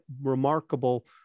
remarkable